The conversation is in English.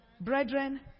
Brethren